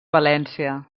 valència